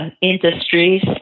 industries